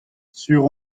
sur